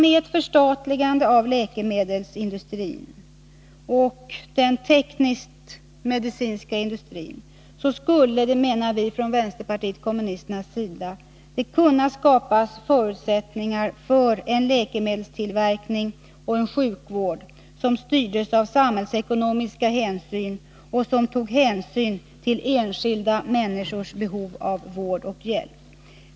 Med ett förstatligande av läkemedelsindustrin och den medicinsk-tekniska industrin skulle det, menar vi från vänsterpartiet kommunisternas sida, kunna skapas förutsättningar för en läkemedelstillverkning och en sjukvård som styrdes av samhällsekonomiska hänsyn och enskilda människors behov av vård och hjälp.